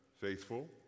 faithful